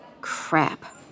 Crap